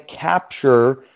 capture